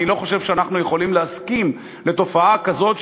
אני לא חושב שאנחנו יכולים להסכים לתופעה כזאת,